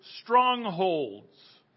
strongholds